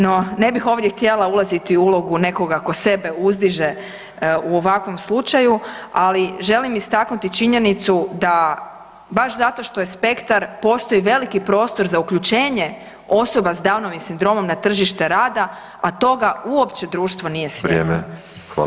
No ne bih ovdje htjela ulaziti u ulogu nekoga ko sebe uzdiže u ovakvom slučaju, ali želim istaknuti činjenicu da baš zato što je spektar postoji veliki prostor za uključenje osoba s downovim sindromom na tržište rada, a toga uopće društvo nije svjesno.